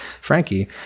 Frankie